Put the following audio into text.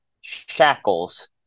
shackles